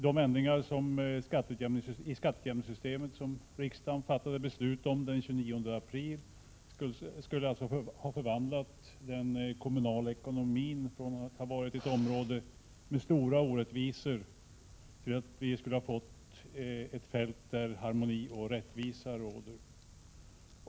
De ändringar i skatteutjämningssystemet som riksdagen fattade beslut om den 29 april skulle alltså ha förvandlat den kommunala ekonomin från att ha varit ett område med stora orättvisor till att bli ett fält där harmoni och rättvisa råder.